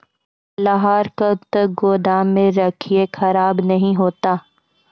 लहार कब तक गुदाम मे रखिए खराब नहीं होता?